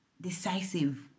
decisive